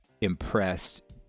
impressed